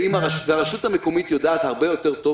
הרשות המקומית יודעת הרבה יותר טוב